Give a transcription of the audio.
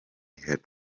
had